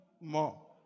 more